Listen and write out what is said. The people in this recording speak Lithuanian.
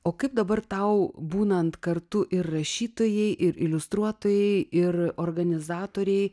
o kaip dabar tau būnant kartu ir rašytojai ir iliustruotojai ir organizatorei